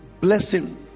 blessing